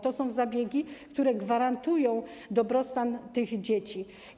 To są zabiegi, które gwarantują dobrostan tych dzieci.